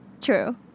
true